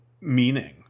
meaning